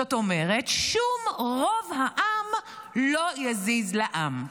זאת אומרת, שום רוב העם לא יזיז לעם.